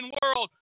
world